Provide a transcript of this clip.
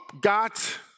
got